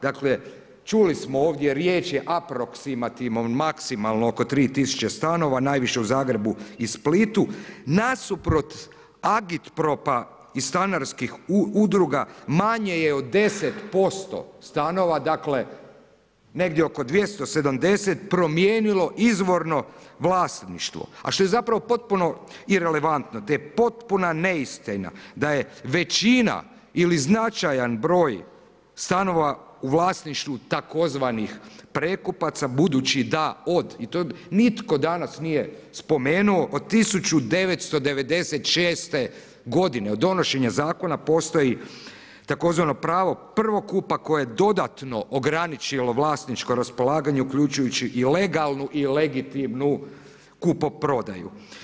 Dakle, čuli smo ovdje, riječ je aproksimativno maksimalno oko 3000 stanova, najviše u Zagrebu i Splitu, nasuprot agitpropa i stanarskih udruga manje je od 10% stanova, dakle negdje oko 270 promijenilo izvorno vlasništvo, a što je zapravo, potpuno irelevantno te potpuna neistina da je većina ili značajan broj stanova u vlasništvu tzv. prekupaca, budući da od, i to nitko danas nije spomenuo, od 1996. godine, od donošenja Zakona postoji tzv. pravo prvokupa koje je dodatno ograničilo vlasništvo raspolaganje, uključujući i legalnu i legitimnu kupoprodaju.